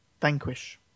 Vanquish